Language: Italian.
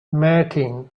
martin